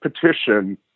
petition